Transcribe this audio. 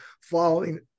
following